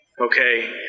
Okay